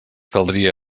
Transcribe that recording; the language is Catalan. caldria